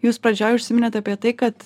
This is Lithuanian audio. jūs pradžioj užsiminėt apie tai kad